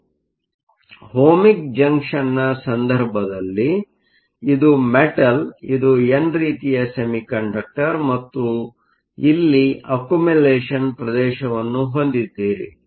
ಆದ್ದರಿಂದ ಓಹ್ಮಿಕ್ ಜಂಕ್ಷನ್ನ ಸಂದರ್ಭದಲ್ಲಿ ಇದು ಮೆಟಲ್ ಇದು ಎನ್ ರೀತಿಯ ಸೆಮಿಕಂಡಕ್ಟರ್ ಮತ್ತು ಇಲ್ಲಿ ಅಕ್ಯುಮಲೇಷನ್Accumulation ಪ್ರದೇಶವನ್ನು ಹೊಂದಿದ್ದೀರಿ